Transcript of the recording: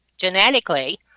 Genetically